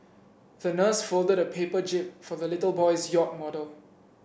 the nurse folded a paper jib for the little boy's yacht model